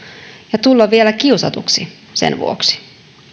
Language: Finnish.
ja tulla vielä kiusatuksi sen vuoksi